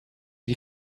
die